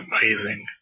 Amazing